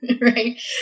right